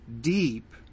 deep